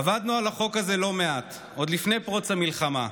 עבדנו על החוק הזה לא מעט עוד לפני פרוץ המלחמה,